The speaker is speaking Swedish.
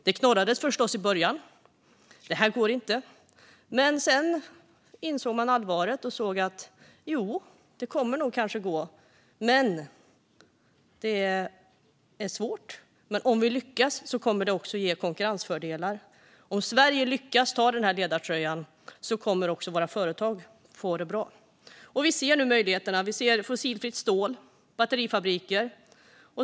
Det knorrades förstås i början - man sa att det inte går - men sedan insåg man allvaret och såg att det nog kommer att gå. Det är svårt, men om vi lyckas kommer det också att ge konkurrensfördelar. Om Sverige lyckas ta på sig ledartröjan kommer våra företag också att få det bra. Vi ser nu möjligheterna; vi ser fossilfritt stål och batterifabriker.